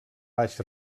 baix